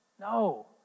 No